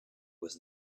was